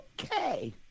okay